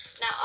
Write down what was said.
Now